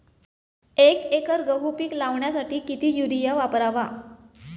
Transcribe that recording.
एक एकर गहू पीक लावण्यासाठी किती युरिया वापरावा?